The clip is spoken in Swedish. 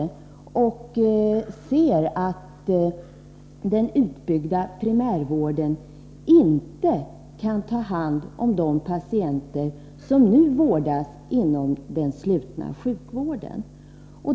Personalen ser också att den utbyggda primärvården inte kan ta hand om de patienter som i dag vårdas inom den slutna sjukvården.